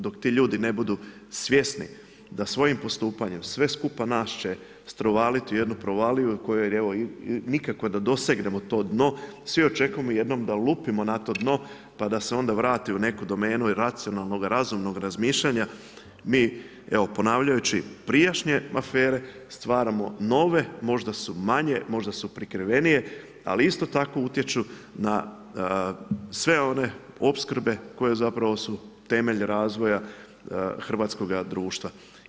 Dok ti ljudi ne budu svjesni da svojim postupanjem sve skupa nas će strovaliti u jednu provaliju u kojoj evo, nikako da dosegnemo to dno, svi očekujemo jednom da lupimo na to dno pa da se onda vrate u neku domenu i racionalnoga i razumnog razmišljanja, mi evo ponavljajući prijašnje afere stvaramo nove, možda su manje, možda su prikrivenije, ali isto tako utječu na sve one opskrbe koje zapravo su temelj razvoja Hrvatskoga društva.